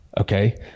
Okay